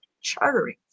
chartering